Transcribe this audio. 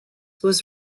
was